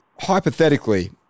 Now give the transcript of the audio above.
hypothetically